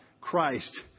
Christ